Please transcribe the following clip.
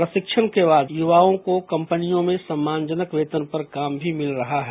प्रशिक्षण के बाद युवाओं को कंपनियों में सम्मानजनक वेतन पर काम भी मिल रहा है